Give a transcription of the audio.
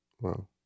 Wow